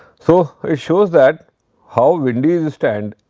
so, it shows that how wendy's stand